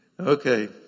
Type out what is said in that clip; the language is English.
Okay